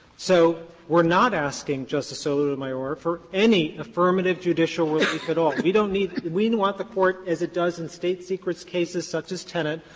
so we're not asking, justice sotomayor, for any affirmative judicial relief at all. we don't need we and want the court, as it does in state-secret cases such as tenet,